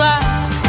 ask